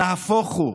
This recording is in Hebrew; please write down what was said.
נהפוך הוא,